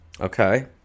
Okay